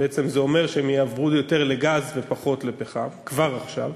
בעצם זה אומר שהם יעברו יותר לגז ופחות לפחם כבר עכשיו,